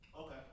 Okay